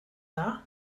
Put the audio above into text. dda